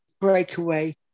breakaway